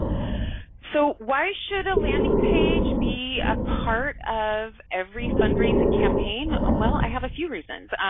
so why should a landing page be a part of every fundraising campaign? ah well, i have a few reasons.